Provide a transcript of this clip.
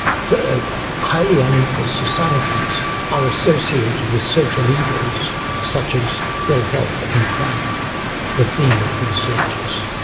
third, highly unequal societies are associated with social evils such as ill-health and crime the theme of these lectures.